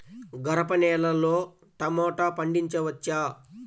గరపనేలలో టమాటా పండించవచ్చా?